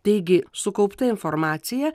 taigi sukaupta informacija